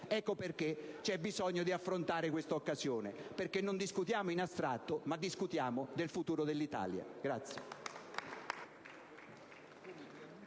Ecco perché c'è bisogno di affrontare questa occasione: non discutiamo in astratto, ma discutiamo del futuro dell'Italia.